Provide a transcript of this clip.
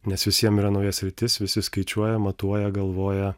nes visiem yra nauja sritis visi skaičiuoja matuoja galvoja